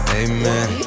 amen